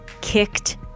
kicked